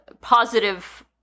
positive